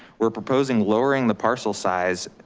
we're proposing lowering the parcel size,